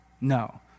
No